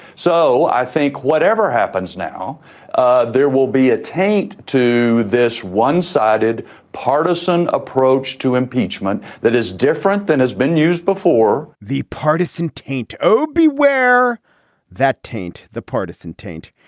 so i think whatever happens now ah there will be a taint to this one sided partisan approach to impeachment that is different than has been used before the partisan taint oh beware that taint the partisan taint.